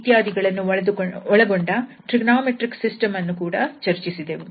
ಇತ್ಯಾದಿಗಳನ್ನು ಒಳಗೊಂಡ trigonometric system ಅನ್ನು ಕೂಡ ಚರ್ಚಿಸಿದೆವು